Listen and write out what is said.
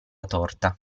torta